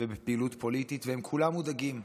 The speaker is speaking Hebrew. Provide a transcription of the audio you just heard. ובפעילות פוליטית, והם כולם מודאגים.